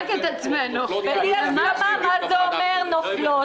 אומר נופלות?